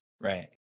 Right